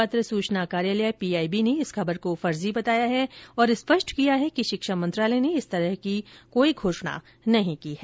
पत्र सूचना कार्यालय पीआईबी ने इस खबर को फर्जी बताया है और स्पष्ट किया है कि शिक्षा मंत्रालय ने इस तरह की कोई घोषणा नहीं की है